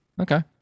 okay